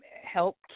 help